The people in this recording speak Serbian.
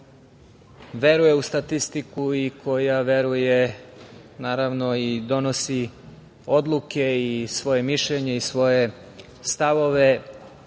koja veruje u statistiku i koja veruje i donosi odluke i svoje mišljenje i svoje stavove